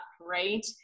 right